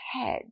head